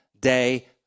day